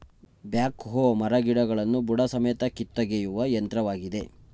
back ಹೋ ಮರಗಿಡಗಳನ್ನು ಬುಡಸಮೇತ ಕಿತ್ತೊಗೆಯುವ ಯಂತ್ರವಾಗಿದೆ